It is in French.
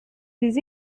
les